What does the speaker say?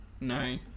No